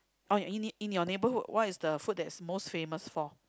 oh in in your neighborhood what is the food that's most famous for